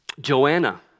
Joanna